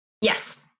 Yes